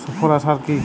সুফলা সার কি?